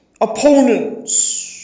opponents